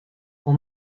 può